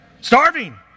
starving